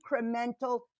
incremental